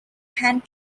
hand